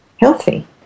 healthy